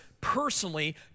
Personally